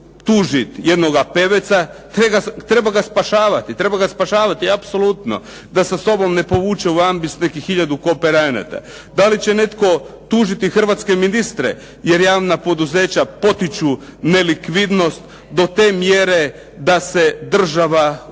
tužiti jednoga Peveca, treba ga spašavati apsolutno da sa sobom u ambis nekih tisuću kooperanata. Da li će netko tužiti hrvatske ministre, jer javna poduzeća potiču nelikvidnost do te mjere da se država urušava.